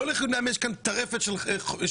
לא לחינם יש פה טרפת של מחלות.